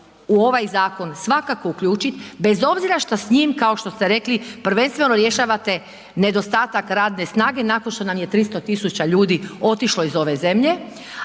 u ovaj zakon svakako uključiti, bez obzira što s njim, kao što ste rekli, prvenstveno rješavate nedostatak radne snage nakon što nam je 300 tisuća ljudi otišlo iz ove zemlje,